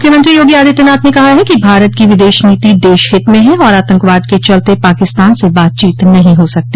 मुख्यमंत्री योगी आदित्यनाथ ने कहा है कि भारत की विदेश नीति देश हित में है और आतंकवाद के चलते पाकिस्तान से बातचीत नहीं हो सकती